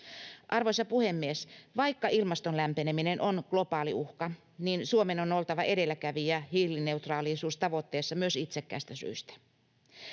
Arvoisa puhemies! Vaikka ilmaston lämpeneminen on globaali uhka, Suomen on oltava edelläkävijä hiilineutraalisuustavoitteessa myös itsekkäistä syistä.